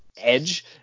edge